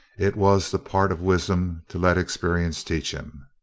it was the part of wisdom to let experience teach him.